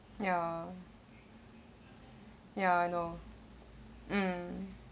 ya ya I know mm